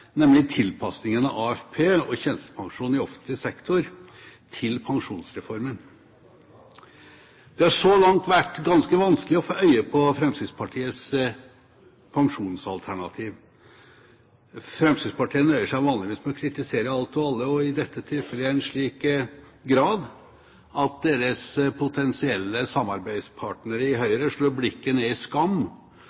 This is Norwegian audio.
nemlig tilpasningen av AFP og tjenestepensjonen i offentlig sektor til pensjonsreformen. Det har så langt vært ganske vanskelig å få øye på Fremskrittspartiets pensjonsalternativ. Fremskrittspartiet nøyer seg vanligvis med å kritisere alt og alle, og i dette tilfellet i en slik grad at deres potensielle samarbeidspartnere i